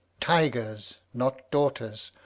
tigers, not daughters,